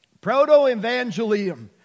Proto-evangelium